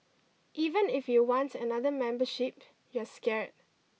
even if you want another membership you're scared